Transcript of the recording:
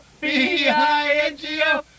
B-I-N-G-O